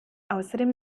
außerdem